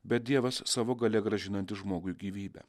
bet dievas savo galia grąžinantis žmogui gyvybę